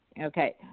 Okay